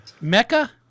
Mecca